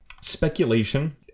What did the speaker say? Speculation